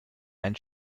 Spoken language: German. ein